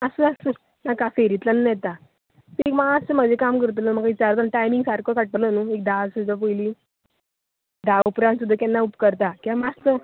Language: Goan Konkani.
आसूं आसूं नाका फेरींतल्यानूच येता तूं एक मात्सो म्हाजे काम करतलो विचारून टायमींग सारको काडटलो एक धा सुद्दां पयलीं धा अकरांक सुद्दां केल्यार उपकारता कित्याक मात्सो